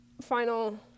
final